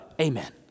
Amen